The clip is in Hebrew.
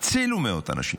הצילו מאות אנשים.